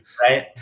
Right